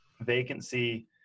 Vacancy